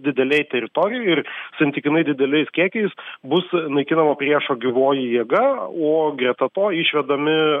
didelėj teritorijoj ir santykinai dideliais kiekiais bus naikinama priešo gyvoji jėga o greta to išvedami